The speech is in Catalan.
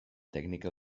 tècnica